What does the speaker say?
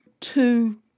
Two